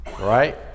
right